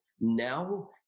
Now